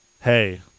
hey